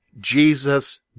Jesus